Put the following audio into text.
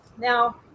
Now